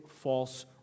false